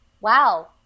wow